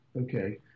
okay